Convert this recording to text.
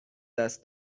دست